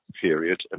period